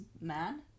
man